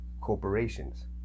corporations